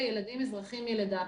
הילדים הם אזרחים מלידה.